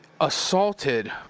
assaulted